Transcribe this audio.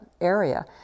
area